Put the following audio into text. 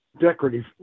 decorative